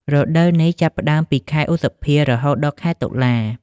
រដូវនេះចាប់ផ្តើមពី ខែឧសភា រហូតដល់ខែតុលា។